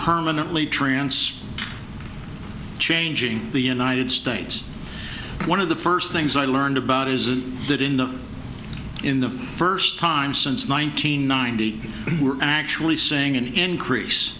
permanently trance changing the united states one of the first things i learned about isn't that in the in the first time since one thousand nine hundred we're actually saying an increase